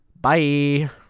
Bye